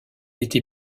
était